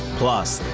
plus.